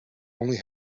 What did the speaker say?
only